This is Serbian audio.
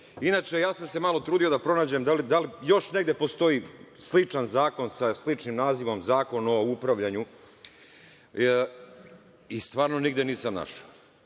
Inače, ja sam se malo trudio da pronađem da li još negde postoji sličan zakon sa sličnim nazivom, zakon o upravljanju, i stvarno nigde nisam našao.